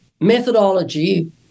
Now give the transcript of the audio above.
methodology